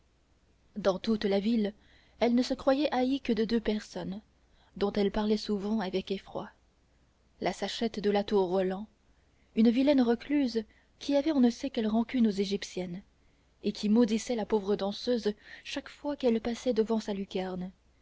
dans toute la ville elle ne se croyait haïe que de deux personnes dont elle parlait souvent avec effroi la sachette de la tour roland une vilaine recluse qui avait on ne sait quelle rancune aux égyptiennes et qui maudissait la pauvre danseuse chaque fois qu'elle passait devant sa lucarne